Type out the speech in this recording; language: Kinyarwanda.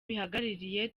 bihagarariye